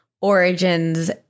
origins